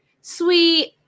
sweet